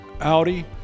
Audi